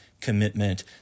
commitment